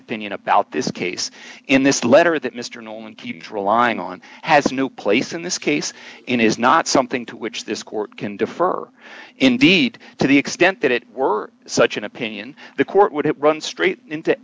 binion about this case in this letter that mr nolan keeps relying on has no place in this case in is not something to which this court can defer indeed to the extent that it were such an opinion the court would it run straight into